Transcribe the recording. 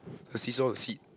the seesaw the seat